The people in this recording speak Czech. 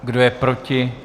Kdo je proti?